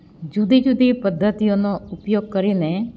જુદી જુદી પદ્ધતિઓનો ઉપયોગ કરીને